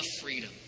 freedom